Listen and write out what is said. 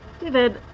David